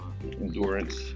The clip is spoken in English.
endurance